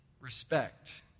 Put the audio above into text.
respect